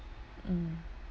mm